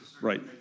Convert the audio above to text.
Right